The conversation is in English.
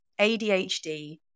ADHD